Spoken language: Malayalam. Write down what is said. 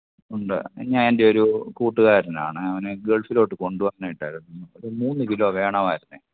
ഉണ്ട് ഞാന് എന്റെയൊരു കൂട്ടുകാരനാണ് അവന് ഗള്ഫിലോട്ട് കൊണ്ടുപോവാനായിട്ടാരുന്നു ഒരു മൂന്ന് കിലോ വേണമായിരുന്നു